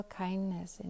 kindness